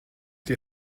die